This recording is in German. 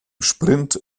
sprint